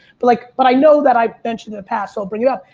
but like but i know that i've mentioned in the past, so i'll bring it up.